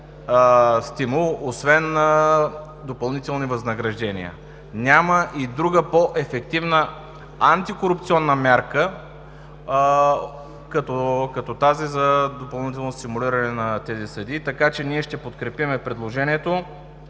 стимул освен допълнителни възнаграждения. Няма и друга по-ефективна антикорупционна мярка от допълнителното стимулиране на тези съдии. Така че ние ще подкрепим предложението.